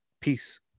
peace